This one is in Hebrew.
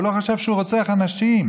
הוא לא חשב שהוא רוצח אנשים.